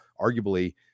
arguably